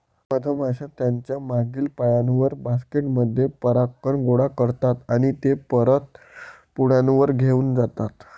मधमाश्या त्यांच्या मागील पायांवर, बास्केट मध्ये परागकण गोळा करतात आणि ते परत पोळ्यावर घेऊन जातात